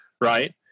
right